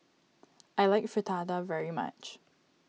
I like Fritada very much